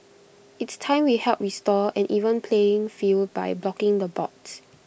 it's time we help restore an even playing field by blocking the bots